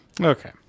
Okay